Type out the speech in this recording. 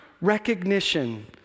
recognition